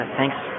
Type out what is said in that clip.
thanks